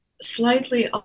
slightly